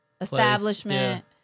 establishment